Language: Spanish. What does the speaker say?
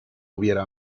hubiera